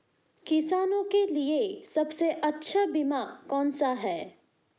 किसानों के लिए सबसे अच्छा बीमा कौन सा है?